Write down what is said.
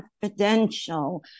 confidential